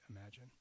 imagine